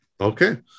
Okay